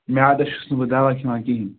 میادَس چھُس نہٕ بہٕ دَوا کھیٚوان کِہیٖنۍ